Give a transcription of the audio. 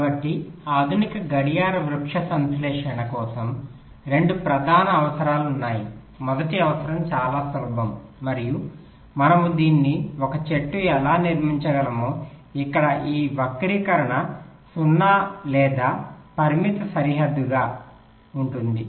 కాబట్టి ఆధునిక గడియార వృక్ష సంశ్లేషణ కోసం 2 ప్రధాన అవసరాలు ఉన్నాయి మొదటి అవసరం చాలా సులభం మరియు మనము దీన్ని ఒక చెట్టును ఎలా నిర్మించగలమో ఇక్కడ ఈ వక్రీకరణ 0 లేదా పరిమిత సరిహద్దుగా ఉంటుంది